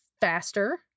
faster